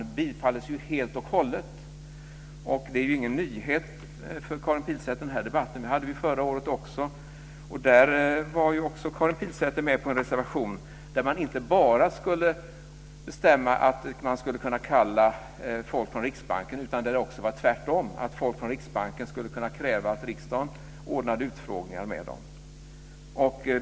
Den bifalles ju helt och hållet. Den här debatten är ingen nyhet för Karin Pilsäter. Den hade vi förra året också. Då var Karin Pilsäter också med på en reservation där det inte bara handlade om att bestämma att man skulle kunna kalla folk från Riksbanken. Det var också tvärtom, att folk från Riksbanken skulle kunna kräva att riksdagen ordnade utfrågningar med dem.